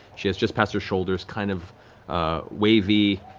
she has just-past-her-shoulders kind of wavy